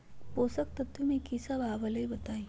पोषक तत्व म की सब आबलई बताई?